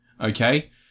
Okay